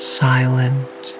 silent